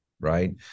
right